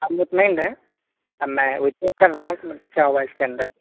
آپ مطمئن رہیں اب میں وہی چیک کر رہا ہوں کہ مطلب کیا ہوا اس کے اندر